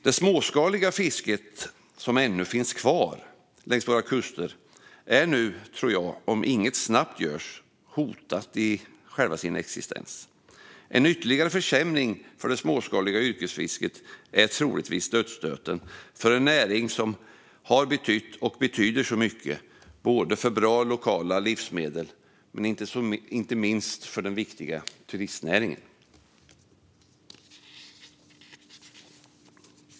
Det småskaliga fiske som ännu finns kvar längs våra kuster är nu, om inget snabbt görs, hotat i själva sin existens. En ytterligare försämring för det småskaliga yrkesfisket är troligtvis dödsstöten för en näring som har betytt och betyder så mycket för bra lokala livsmedel och inte minst för den viktiga turistnäringen.